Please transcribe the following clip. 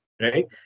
right